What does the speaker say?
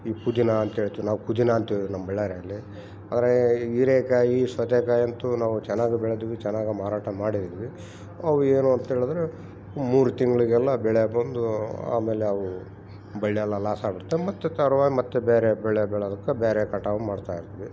ಈ ಪುದಿನ ಅಂತ್ಹೇಳ್ತೀವಿ ನಾವು ಪುದಿನ ಅಂತೀವಿ ನಮ್ಮ ಬಳ್ಳಾರಿ ಅಲ್ಲಿ ಆದರೆ ಹೀರೆಕಾಯಿ ಸೌತೆಕಾಯಂತೂ ನಾವು ಚೆನ್ನಾಗಿ ಬೆಳ್ದ್ವಿ ಚೆನ್ನಾಗಿ ಮಾರಾಟ ಮಾಡಿದ್ವಿ ಅವು ಏನು ಅಂತ ಹೇಳಿದರೆ ಮೂರು ತಿಂಗಳಿಗೆಲ್ಲ ಬೆಳೆ ಬಂದು ಆಮೇಲೆ ಅವು ಬಳ್ಯಲ್ಲೆಲ್ಲ ಲಾಸ್ ಆಗ್ಬಿಡ್ತು ಮತ್ತು ಮತ್ತು ಬೇರೆ ಬೆಳೆ ಬೆಳೆಯೋದ್ಕ ಬ್ಯಾರೆ ಕಟಾವ್ ಮಾಡ್ತಾ ಇರ್ತೀವಿ